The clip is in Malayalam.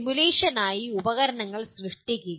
സിമുലേഷനായി ഉപകരണങ്ങൾ സൃഷ്ടിക്കുക